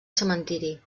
cementiri